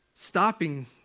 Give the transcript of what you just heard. Stopping